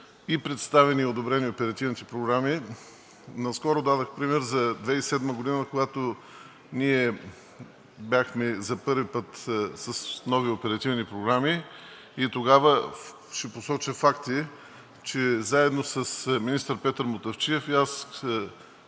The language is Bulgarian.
и представени, и одобрени оперативните програми. Наскоро дадох пример за 2007 г., когато ние бяхме за първи път с нови оперативни програми – ще посоча факта, че министър Петър Мутафчиев и аз,